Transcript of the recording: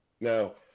now